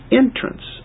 entrance